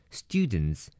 students